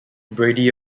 brady